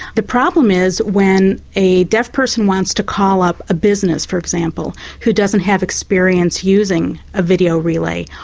the problem is when a deaf person wants to call up a business, for example, who doesn't have experience using a video relay,